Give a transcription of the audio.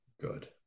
good